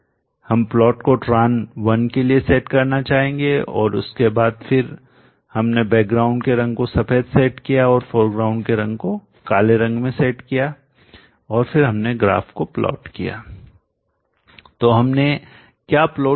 हम प्लॉट को tran1 के लिए सेट करना चाहेंगे उसके बाद फिर हमने बैकग्राउंडपृष्ठभूमि के रंग को सफेद सेट किया और फोरग्राउंडअग्रभूमि के रंग को काले रंग में सेट कियाऔर हमने ग्राफ प्लॉट किया तो हमने क्या प्लॉट किया था